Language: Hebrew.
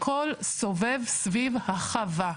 הכול סובב סביב החווה.